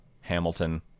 Hamilton